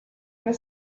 and